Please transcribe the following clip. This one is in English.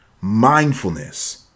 Mindfulness